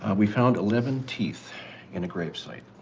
and we found eleven teeth in a grave site.